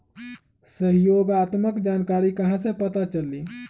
सहयोगात्मक जानकारी कहा से पता चली?